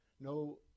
No